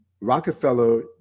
rockefeller